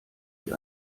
wie